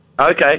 Okay